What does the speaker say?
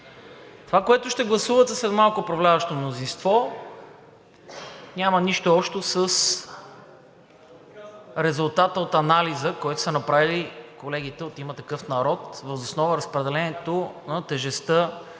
Това, което ще гласувате след малко управляващото мнозинство, няма нищо общо с резултата от анализа, който са направили колегите от „Има такъв народ“ въз основа разпределението на тежестта